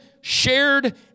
shared